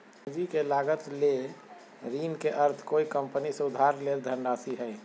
पूंजी के लागत ले ऋण के अर्थ कोय कंपनी से उधार लेल धनराशि हइ